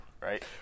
right